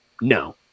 no